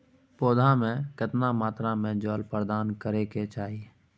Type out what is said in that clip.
पौधा में केतना मात्रा में जल प्रदान करै के चाही?